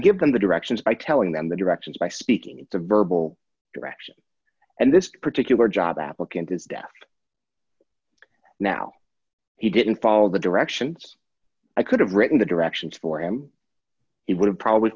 give them the directions by telling them the directions by speaking the verbal directions and this particular job applicant is deaf now he didn't follow the directions i could have written the directions for him he would have probably